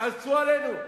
יכעסו עלינו?